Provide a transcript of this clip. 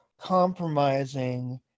compromising